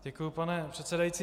Děkuji, pane předsedající.